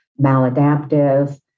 maladaptive